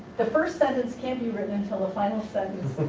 the first sentence can't be written until final sentence